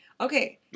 Okay